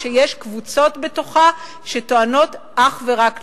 שיש קבוצות בתוכה שטוענות אך ורק לזכויות,